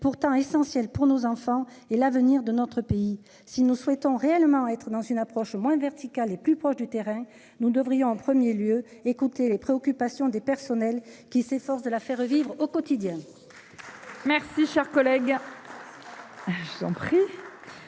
pourtant essentiel pour nos enfants et l'avenir de notre pays, si nous souhaitons réellement être dans une approche moins vertical et plus proche du terrain. Nous devrions en 1er lieu écouter les préoccupations des personnels qui s'efforce de la faire vivre au quotidien.